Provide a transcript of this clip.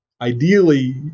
ideally